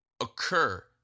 occur